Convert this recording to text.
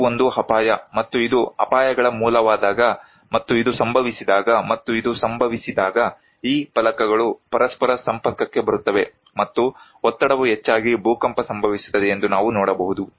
ಇದು ಒಂದು ಅಪಾಯ ಮತ್ತು ಇದು ಅಪಾಯಗಳ ಮೂಲವಾದಾಗ ಮತ್ತು ಇದು ಸಂಭವಿಸಿದಾಗ ಮತ್ತು ಇದು ಸಂಭವಿಸಿದಾಗ ಈ ಫಲಕಗಳು ಪರಸ್ಪರ ಸಂಪರ್ಕಕ್ಕೆ ಬರುತ್ತವೆ ಮತ್ತು ಒತ್ತಡವು ಹೆಚ್ಚಾಗಿ ಭೂಕಂಪ ಸಂಭವಿಸುತ್ತದೆ ಎಂದು ನಾವು ನೋಡಬಹುದು